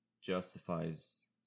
justifies